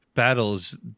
battles